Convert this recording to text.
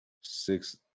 Six